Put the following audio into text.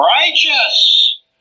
righteous